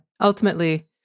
ultimately-